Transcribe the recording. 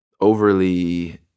overly